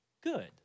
good